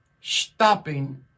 stopping